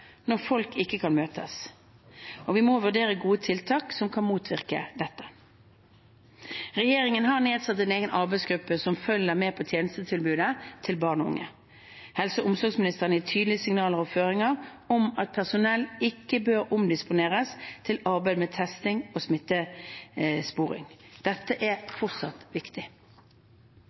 når folk ikke kan møtes, og vi må vurdere gode tiltak som kan motvirke dette. Regjeringen har nedsatt en egen arbeidsgruppe som følger med på tjenestetilbudet til barn og unge. Helse- og omsorgsministeren har gitt tydelige signaler og føringer om at personell ikke bør omdisponeres til arbeid med testing og smittesporing. Dette er fortsatt viktig.